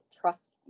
trust